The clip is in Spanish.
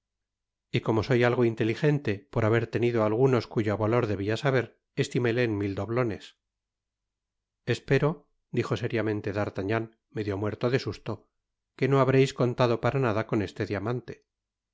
y como soy algo inteligente por haber tenido algunos cuyo valor debia saber estimóle en mil doblones espero dijo seriamente d'artagnan medio muerto de susto que no habreis contado para nada con este diamante